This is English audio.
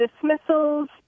dismissals